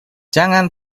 jangan